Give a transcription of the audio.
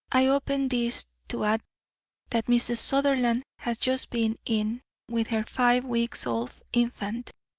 i open this to add that mrs. sutherland has just been in with her five-weeks-old infant.